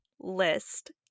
list